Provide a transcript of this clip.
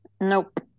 Nope